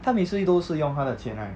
他每次 give 都是用他的钱 right